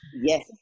Yes